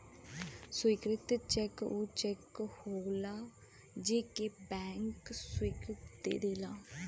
स्वीकृत चेक ऊ चेक होलाजे के बैंक स्वीकृति दे देला